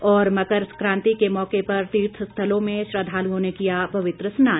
और मकर सक्रांति के मौके पर तीर्थ स्थलों में श्रद्धालुओं ने किया पवित्र स्नान